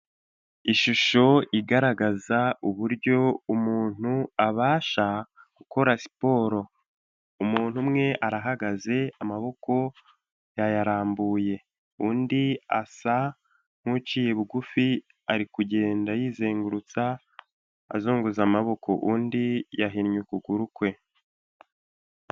Ishusho igaragaza uburyo umuntu abasha gukora siporo. Umuntu umwe arahagaze amaboko yayarambuye, undi asa n'uciye bugufi ari kugenda yizengurutsa azunguza amaboko undi yahinnye ukuguru kwe.